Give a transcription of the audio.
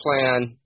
plan